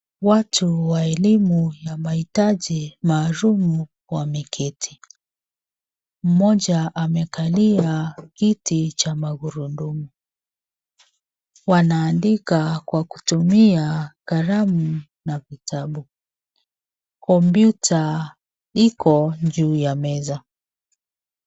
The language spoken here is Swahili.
Watu wa elimu na mahitaji maalumu wameketi. Mmoja amekalia kiti cha magurudumu. Wanaandika kwa kutumia kalamu na vitabu . Kompyuta iko juu ya meza.